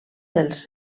dels